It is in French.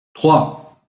trois